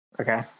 okay